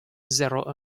zéro